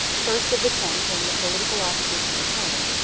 first of the ten came the political opposition at home,